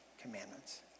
commandments